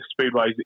speedway's